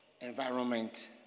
environment